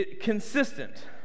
Consistent